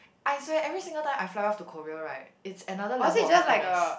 I swear every single time I fly off to Korea right it's another level of happiness